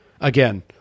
Again